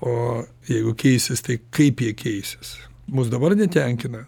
o jeigu keisis tai kaip jie keisis mus dabar netenkina